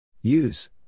Use